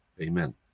amen